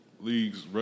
league's